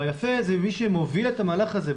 מי שמוביל את המהלך הזה,